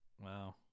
Wow